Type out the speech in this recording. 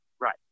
right